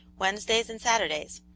wednesdays and saturdays.